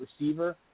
receiver